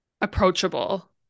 approachable